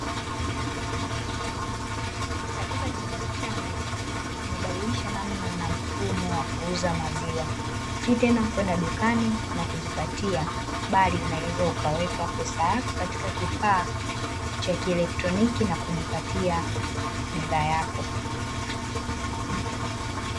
Katika kijiji changu, tumebadilisha namna na mfumo wa kuuza maziwa, si tena kwenda dukani na kujipatia bali unaweza kuweka pesa yako kwenye kifaa cha kielektroniki na kujipatia bidhaa yako.